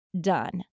done